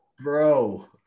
bro